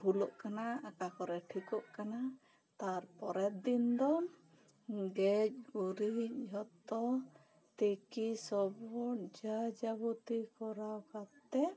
ᱵᱷᱩᱞᱩᱜ ᱠᱟᱱᱟ ᱚᱠᱟ ᱠᱚᱨᱮ ᱴᱷᱤᱠᱩᱜ ᱠᱟᱱᱟ ᱛᱟᱨᱯᱚᱨᱮᱨ ᱫᱤᱱ ᱫᱚ ᱜᱮᱡ ᱜᱩᱨᱤᱡᱽ ᱡᱚᱛᱚ ᱛᱤᱠᱤ ᱥᱚᱵᱚᱜ ᱡᱟᱭ ᱡᱟᱵᱚᱛᱤ ᱠᱚᱨᱟᱣ ᱠᱟᱛᱮᱜ